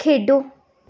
ਖੇਡੋ